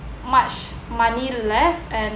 much money left and